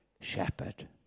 Shepherd